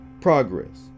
progress